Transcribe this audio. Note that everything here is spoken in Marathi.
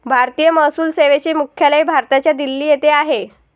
भारतीय महसूल सेवेचे मुख्यालय भारताच्या दिल्ली येथे आहे